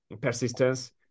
persistence